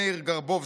מאיר גרבובסקי,